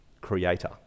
creator